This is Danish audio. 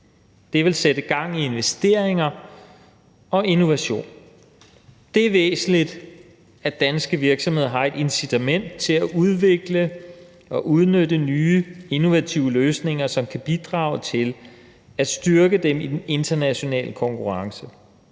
Det vil sætte gang i investeringer og innovation. Det er væsentligt, at danske virksomheder har et incitament til at udvikle og udnytte nye innovative løsninger, som kan bidrage til at styrke dem i den internationale konkurrence.